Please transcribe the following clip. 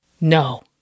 No